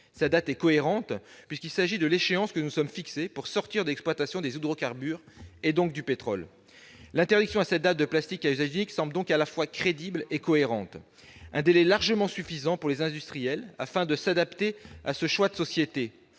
date est cohérente, puisqu'il s'agit de l'échéance que nous nous sommes fixée pour sortir de l'exploitation des hydrocarbures et donc du pétrole. L'interdiction à cette date de plastique à usage unique semble donc à la fois crédible et cohérente. Le délai est largement suffisant pour que les industriels puissent s'adapter à ce choix de société.